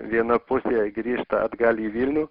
viena pusė grįžta atgal į vilnių